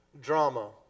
drama